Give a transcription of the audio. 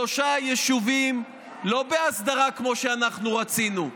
שלושה יישובים, לא בהסדרה כמו שאנחנו רצינו,